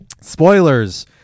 Spoilers